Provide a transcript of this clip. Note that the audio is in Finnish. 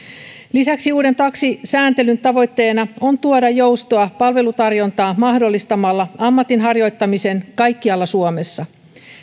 lisäksi uuden taksisääntelyn tavoitteena on tuoda joustoa palvelutarjontaan mahdollistamalla ammatin harjoittaminen kaikkialla suomessa